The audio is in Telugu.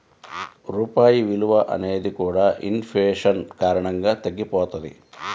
రూపాయి విలువ అనేది కూడా ఇన్ ఫేషన్ కారణంగా తగ్గిపోతది